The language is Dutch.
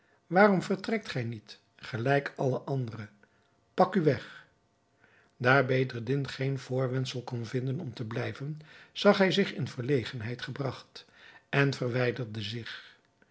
waarom vertrekt gij niet gelijk alle anderen pak u weg daar bedreddin geen voorwendsel kon vinden om te blijven zag hij zich in verlegenheid gebragt en verwijderde zich